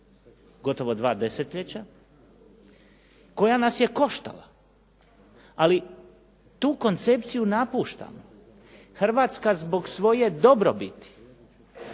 gotovo dva desetljeća koja nas je koštala, ali tu koncepciju napuštamo. Hrvatska zbog svoje dobrobiti